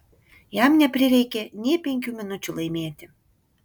jam neprireikė nė penkių minučių laimėti